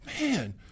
man